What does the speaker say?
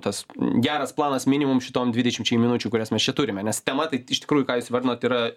tas geras planas minimum šitom dvidešimčiai minučių kurias mes čia turime nes tema tai iš tikrųjų ką jūs įvardinot yra